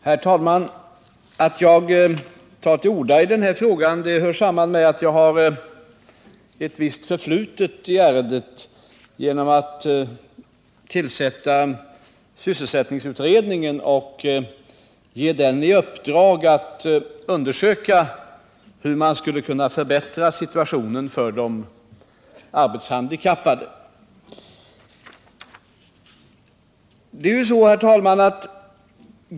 Herr talman! Att jag tar till orda i den här frågan hör samman med att jag har ett visst förflutet i ärendet genom att ha tillsatt sysselsättningsutredningen och givit den i uppdrag att undersöka hur man skulle kunna förbättra situationen för de arbetshandikappade.